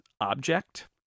object